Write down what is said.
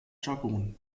jargon